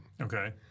okay